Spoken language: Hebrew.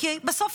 כי בסוף,